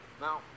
Now